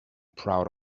proud